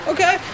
Okay